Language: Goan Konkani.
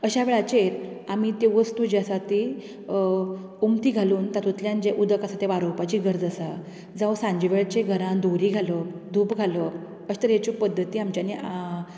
अश्या वेळाचेर आमी त्यो वस्तू जी आसा ती उमथी घालून तातूंतल्यान जे उदक आसा ते वारोवपाची गरज आसा जावं सांजे वेळची घरांन धुंवरी घालप धूप घालप अशें तरेच्यो पद्दतीं आमच्यानीं